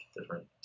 different